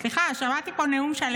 סליחה, שמעתי פה נאום שלם.